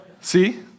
See